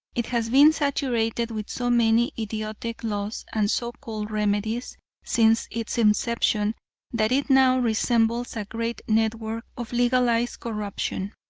it has been saturated with so many idiotic laws and so-called remedies since its inception that it now resembles a great network of legalized corruption.